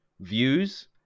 views